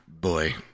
boy